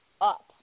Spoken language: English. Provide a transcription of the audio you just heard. up